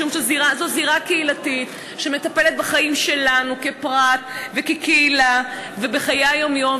משום שזו זירה קהילתית שמטפלת בחיים שלנו כפרט וכקהילה ובחיי היום-יום,